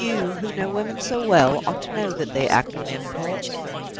you, who know women so well, ought to know that they act on impulse.